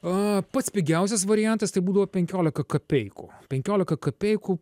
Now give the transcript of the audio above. a pats pigiausias variantas tai būdavo penkiolika kapeikų penkiolika kapeikų